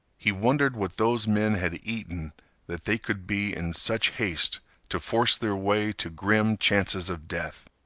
he wondered what those men had eaten that they could be in such haste to force their way to grim chances of death.